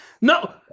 No